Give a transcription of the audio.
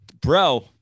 bro